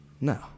No